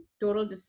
total